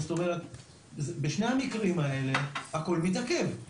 זאת אומרת בשני המקרים האלה הכל מתעכב.